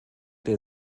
der